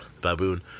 baboon